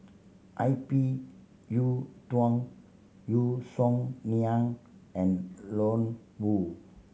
I P Yiu Tung Yeo Song Nian and Ian Woo